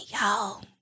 Y'all